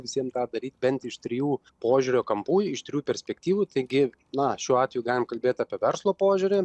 visiem tą daryt bent iš trijų požiūrio kampų iš trijų perspektyvų taigi na šiuo atveju galim kalbėt apie verslo požiūrį